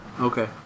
Okay